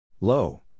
Low